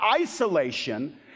isolation